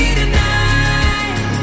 tonight